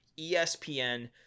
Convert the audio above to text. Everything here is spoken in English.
ESPN